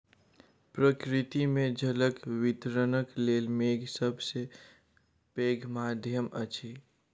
प्रकृति मे जलक वितरणक लेल मेघ सभ सॅ पैघ माध्यम अछि